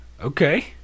Okay